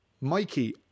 Mikey